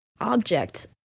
object